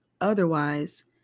Otherwise